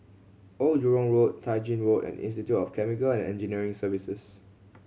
Old Jurong Road Tai Gin Road and Institute of Chemical and Engineering Services